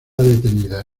detenida